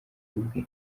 ubwe